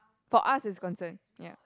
for us is concern ya